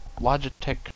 Logitech